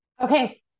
Okay